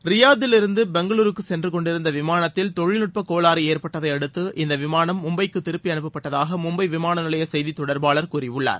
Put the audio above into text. ரியாத்திலிருந்து பெங்களூருக்கு சென்று கொண்டிருந்த விமானத்தில் தொழில்நுட்ப கோளாறு ஏற்பட்டதையடுத்து இந்த விமானம் மும்பைக்குத் திருப்பிஅனுப்பப்பட்டதாக மும்பை விமானநிலைய செய்தித்தொடர்பாளர் கூறியுள்ளார்